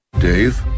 Dave